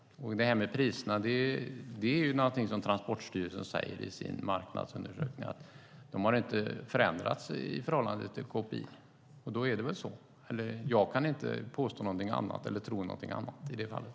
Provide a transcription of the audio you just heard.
När det gäller detta med priserna säger Transportstyrelsen i sin marknadsundersökning att de inte har förändrats i förhållande till KPI, och då är det väl så. Jag kan inte tro något annat i det fallet.